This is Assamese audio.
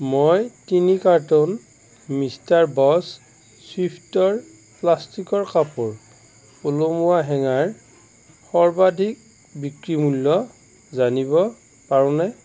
মই তিনি কাৰ্টন মিষ্টাৰ বছ চুইফ্টৰ প্লাষ্টিকৰ কাপোৰ ওলমোৱা হেঙাৰ সৰ্বাধিক বিক্ৰী মূল্য জানিব পাৰোনে